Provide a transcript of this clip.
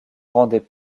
rendaient